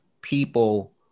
people